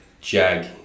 Jag